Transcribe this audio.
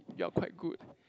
you are quite good